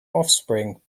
offspring